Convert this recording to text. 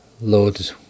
Lord